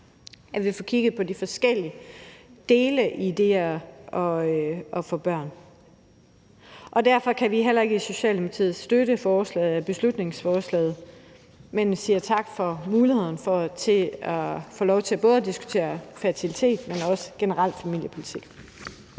at vi får kigget på de forskellige dele i det at få børn. Og derfor kan vi heller ikke i Socialdemokratiet støtte beslutningsforslaget, men vi siger tak for muligheden for både at diskutere fertilitet, men også generelt familiepolitik.